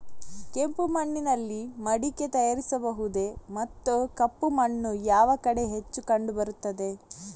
ಕೆಂಪು ಮಣ್ಣಿನಲ್ಲಿ ಮಡಿಕೆ ತಯಾರಿಸಬಹುದೇ ಮತ್ತು ಕಪ್ಪು ಮಣ್ಣು ಯಾವ ಕಡೆ ಹೆಚ್ಚು ಕಂಡುಬರುತ್ತದೆ?